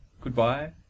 goodbye